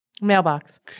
Mailbox